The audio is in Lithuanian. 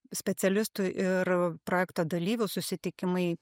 specialistų ir projekto dalyvių susitikimai